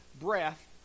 breath